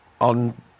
on